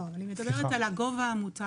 לא, אני מדברת על הגובה המותר